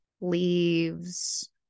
leaves